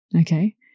okay